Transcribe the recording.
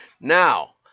now